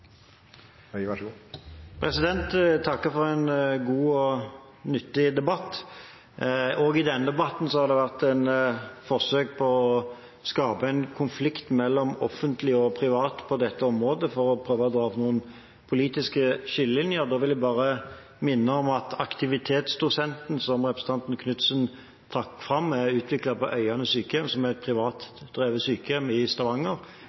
denne debatten har det vært forsøk på å skape en konflikt mellom offentlige og private på dette området, for å prøve å dra opp noen politiske skillelinjer. Jeg vil bare minne om at Aktivitetsdosetten, som representanten Knutsen trakk fram, er utviklet på Øyane sykehjem, som er et privat drevet sykehjem i Stavanger.